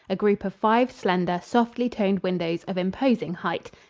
a group of five slender, softly-toned windows of imposing height.